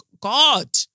God